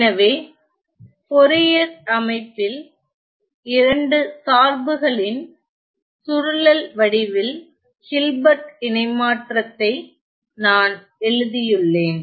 எனவே போரியர் அமைப்பில் இரண்டு சார்புகளின் சுருளல் வடிவில் ஹில்பர்ட் இணைமாற்றத்தை நான் எழுதியுள்ளேன்